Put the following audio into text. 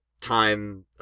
time